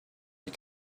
you